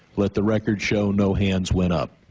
let the record show no hands went up.